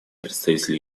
представитель